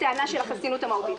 בטענה של חסינות מהותית.